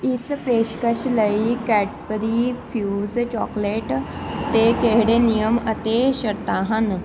ਇਸ ਪੇਸ਼ਕਸ਼ ਲਈ ਕੈਡਬਰੀ ਫਿਊਜ਼ ਚੋਕਲੇਟ 'ਤੇ ਕਿਹੜੇ ਨਿਯਮ ਅਤੇ ਸ਼ਰਤਾਂ ਹਨ